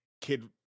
kid